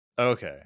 Okay